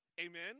Amen